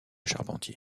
charpentier